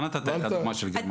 אתה נתת כאן דוגמה של גרמניה.